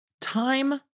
time